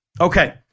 Okay